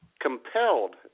compelled